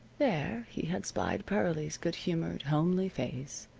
there he had spied pearlie's good-humored, homely face,